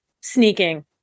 sneaking